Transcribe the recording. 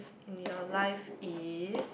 in your life is